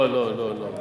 לא לא לא לא.